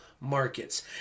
markets